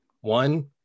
One